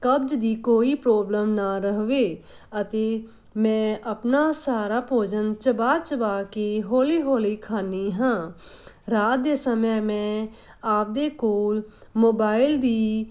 ਕਬਜ਼ ਦੀ ਕੋਈ ਪ੍ਰੋਬਲਮ ਨਾ ਰਹੇ ਅਤੇ ਮੈਂ ਆਪਣਾ ਸਾਰਾ ਭੋਜਨ ਚਬਾ ਚਬਾ ਕੇ ਹੌਲੀ ਹੌਲੀ ਖਾਂਦੀ ਹਾਂ ਰਾਤ ਦੇ ਸਮੇਂ ਮੈਂ ਆਪਦੇ ਕੋਲ ਮੋਬਾਇਲ ਦੀ